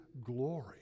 glory